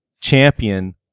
champion